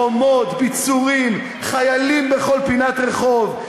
חומות, ביצורים, חיילים בכל פינת רחוב.